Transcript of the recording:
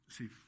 See